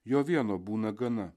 jo vieno būna gana